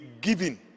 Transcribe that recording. giving